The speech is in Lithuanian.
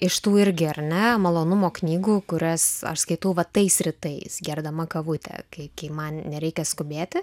iš tų irgi ar ne malonumo knygų kurias aš skaitau va tais rytais gerdama kavutę kai kai man nereikia skubėti